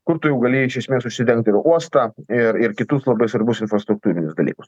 kur tu jau gali iš esmės užsidengt ir uostą ir ir kitus labai svarbius infrastruktūrinius dalykus